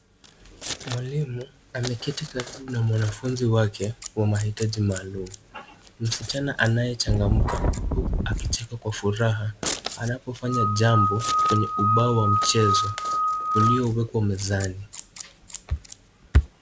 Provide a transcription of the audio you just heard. Mwalimu ameketi karibu na mwanafunzi wake wa mahitaji maalumu. Msichana anayechangamka huku akicheka kwa furaha anapofanya jambo kwenye ubao wa mchezo uliowekwa mezani.